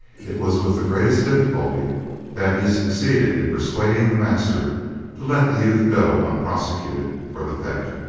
it was with the greatest difficulty that he succeeded in persuading the master to let the youth go unprosecuted for the theft.